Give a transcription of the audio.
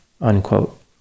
unquote